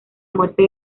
muerte